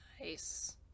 Nice